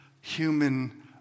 human